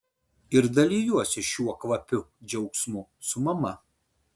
ir dalijuosi šiuo kvapiu džiaugsmu su mama